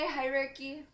hierarchy